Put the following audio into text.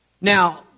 Now